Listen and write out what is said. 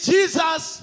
Jesus